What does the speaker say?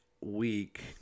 week